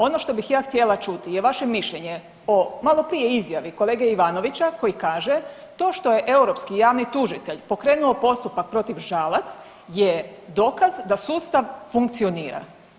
Ono što bih ja htjela čuti je vaše mišljenje o malo prije izjavi kolege Ivanovića, koji kaže, to što je europski javni tužitelj pokrenuo postupak protiv Žalac je dokaz da sustav funkcionira.